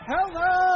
Hello